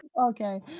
okay